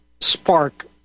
spark